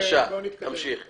בבקשה, תמשיך.